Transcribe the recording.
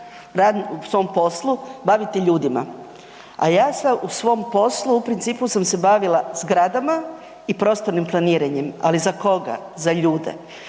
u svom poslu bavite ljudima, a ja se u svom poslovima u principu sam se bavila zgradama i prostornim planiranjem, ali za koga, za ljude.